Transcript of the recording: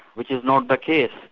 which is not the case,